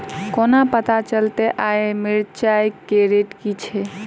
कोना पत्ता चलतै आय मिर्चाय केँ रेट की छै?